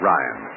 Ryan